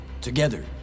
Together